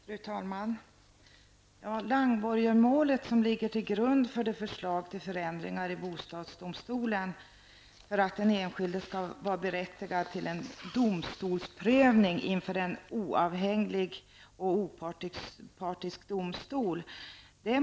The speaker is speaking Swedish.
Fru talman! Langborgermålet ligger till grund för förslag till förändringar när det gäller bostadsdomstolen för att den enskilde skall vara berättigad till en domstolsprövning inför en oavhängig och opartisk domstol.